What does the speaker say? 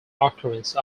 occurrence